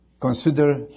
Consider